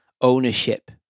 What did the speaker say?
ownership